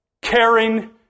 caring